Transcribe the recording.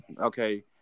Okay